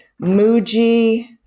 Muji